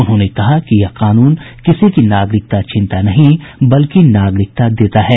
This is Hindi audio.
उन्होंने कहा कि यह कानून किसी की नागरिकता छीनता नहीं बल्कि नागरिकता देता है